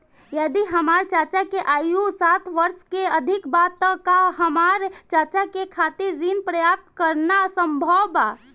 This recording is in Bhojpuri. यदि हमार चाचा के आयु साठ वर्ष से अधिक बा त का हमार चाचा के खातिर ऋण प्राप्त करना संभव बा?